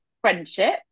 friendship